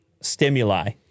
stimuli